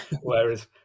whereas